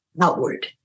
outward